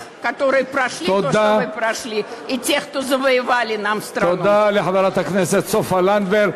(אומרת דברים בשפה הרוסית.) תודה לחברת הכנסת סופה לנדבר.